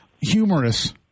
humorous